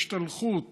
השתלחות